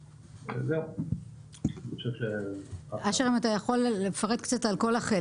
אתה יכול לפרט קצת על כל החלק